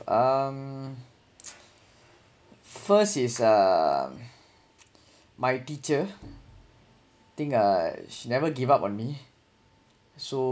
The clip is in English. um first is uh my teacher think uh she never give up on me so